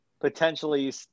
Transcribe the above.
potentially